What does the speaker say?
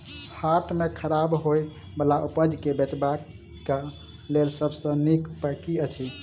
हाट मे खराब होय बला उपज केँ बेचबाक क लेल सबसँ नीक उपाय की अछि?